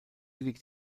liegt